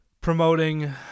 Promoting